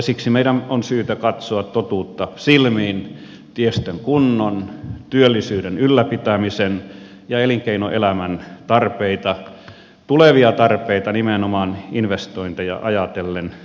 siksi meidän on syytä katsoa totuutta silmiin tiestön kunnon työllisyyden ylläpitämisen ja elinkeinoelämän tarpeita tulevia tarpeita nimenomaan investointeja ajatellen